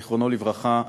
זיכרונו לברכה,